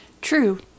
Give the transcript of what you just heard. True